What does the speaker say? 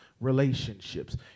relationships